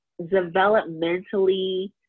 developmentally